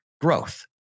growth